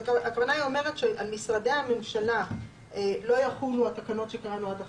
הכוונה היא אומרת שעל משרדי הממשלה לא יחולו התקנות שקראנו עד עכשיו,